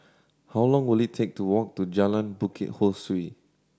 how long will it take to walk to Jalan Bukit Ho Swee